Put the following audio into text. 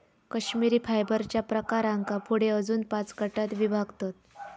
कश्मिरी फायबरच्या प्रकारांका पुढे अजून पाच गटांत विभागतत